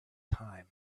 time